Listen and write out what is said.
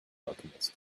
alchemist